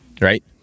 right